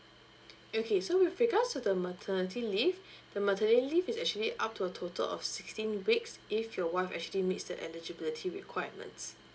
okay so with regards to the maternity leave the maternity leave is actually up to a total of sixteen weeks if your wife actually meets that eligibility requirements